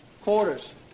Quarters